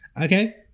okay